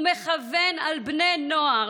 הוא מכוון על בני נוער,